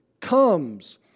comes